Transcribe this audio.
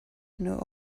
know